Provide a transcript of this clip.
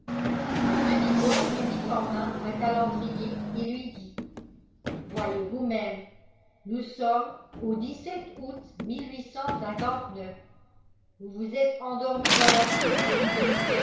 nibor lui mit en main un calendrier et lui dit voyez vous-même nous sommes au août vous vous êtes endormi dans la tour de